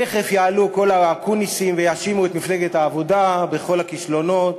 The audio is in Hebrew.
תכף יעלו כל האקוניסים ויאשימו את מפלגת העבודה בכל הכישלונות,